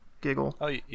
giggle